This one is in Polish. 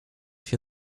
się